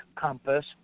compass